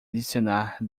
adicionar